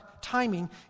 timing